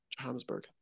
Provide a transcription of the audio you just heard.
Johannesburg